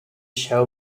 show